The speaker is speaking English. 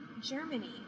Germany